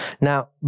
Now